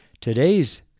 Today's